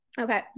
Okay